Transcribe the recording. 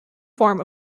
form